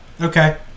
Okay